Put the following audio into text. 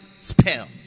spell